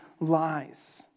lies